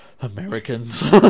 Americans